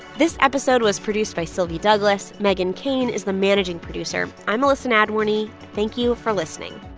this episode was produced by sylvie douglis. meghan keane is the managing producer. i'm elissa nadworny. thank you for listening